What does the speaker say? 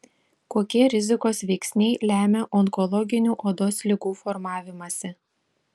kokie rizikos veiksniai lemia onkologinių odos ligų formavimąsi